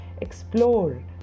Explore